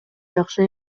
жакшы